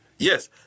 Yes